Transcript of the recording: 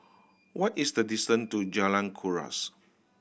what is the distance to Jalan Kuras